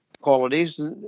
qualities